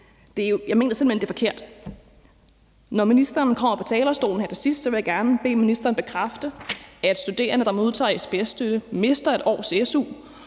jeg mener simpelt hen det er forkert. Når ministeren kommer på talerstolen her til sidst, vil jeg gerne bede ministeren bekræfte, at studerende, der modtager SPS-støtte, mister 1 års su,